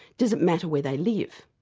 does it matter where they live?